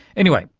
anyway,